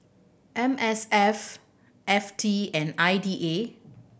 M S F F T and I D A